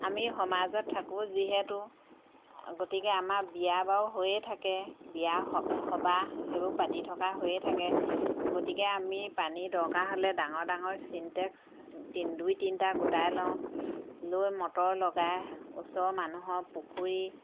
আমি সমাজত থাকোঁ যিহেতু গতিকে আমাৰ বিয়া বাৰু হৈয়ে থাকে বিয়া এই সবাহ সেইবোৰ পাতি থকা হৈয়ে থাকে গতিকে আমি পানী দৰকাৰ হ'লে ডাঙৰ ডাঙৰ চিনটেক্স তিনি দুই তিনিটা গোটাই লওঁ লৈ মটৰ লগাই ওচৰৰ মানুহৰ পুখুৰী